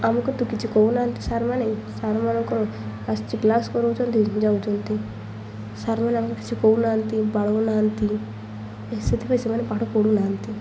ଆମକୁ ତ କିଛି କହୁ ନାହାନ୍ତି ସାର୍ମାନେ ସାର୍ମାନଙ୍କର ଆସଛି କ୍ଲାସ୍ କରଉଛନ୍ତି ଯାଉଛନ୍ତି ସାର୍ମାନେ ଆମକୁ କିଛି କହୁନାହାନ୍ତି ବାଡ଼ଉନାହାନ୍ତି ଏ ସେଥିପାଇଁ ସେମାନେ ପାଠ ପଢ଼ୁନାହାନ୍ତି